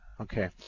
Okay